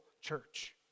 church